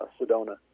sedona